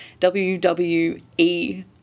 WWE